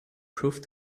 proof